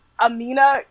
Amina